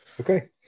Okay